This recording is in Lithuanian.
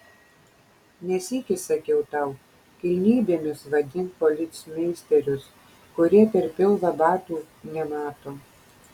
ne sykį sakiau tau kilnybėmis vadink policmeisterius kurie per pilvą batų nemato